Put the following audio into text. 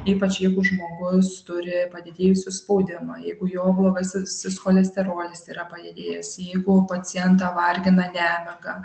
ypač jeigu žmogus turi padidėjusius spaudimą jeigu jo blogasisis cholesterolis yra padidėjęs jeigu pacientą vargina nemiga